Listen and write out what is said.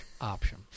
option